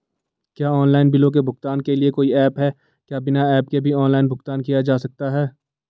क्या ऑनलाइन बिलों के भुगतान के लिए कोई ऐप है क्या बिना ऐप के भी ऑनलाइन भुगतान किया जा सकता है?